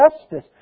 justice